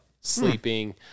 Sleeping